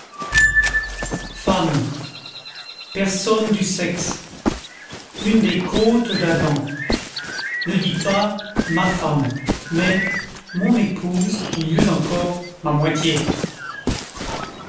femme personne du sexe une des côtes d'adam na dites pas ma femme mais mon épouse ou mieux encore ma moitié